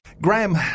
graham